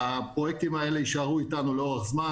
הפרויקטים האלה יישארו אתנו לאורך זמן,